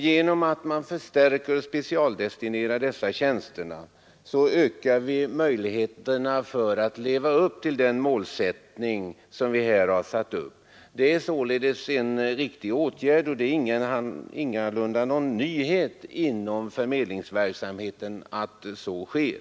Genom att man förstärker och specialdestinerar dessa tjänster, ökar man möjligheterna att leva upp till den målsättning vi har satt upp. Det är således en riktig åtgärd och ingalunda någon nyhet inom förmedlingsverksamheten att så sker.